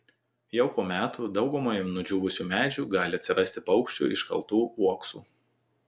jau po metų daugumoje nudžiūvusių medžių gali atsirasti paukščių iškaltų uoksų